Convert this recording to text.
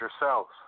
yourselves